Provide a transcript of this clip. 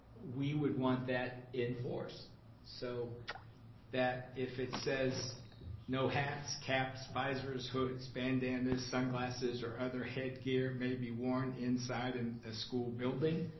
we would want that enforced so that, if it says no hats, caps, visors, hoods, bandanas, sunglasses, or other headgear may be worn inside and a school building,